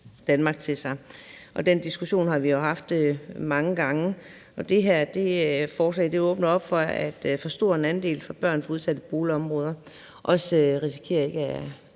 Danmark til sig. Den diskussion har vi jo haft mange gange. Det her forslag åbner op for, at for stor en andel af børn fra udsatte boligområder risikerer ikke at